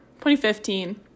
2015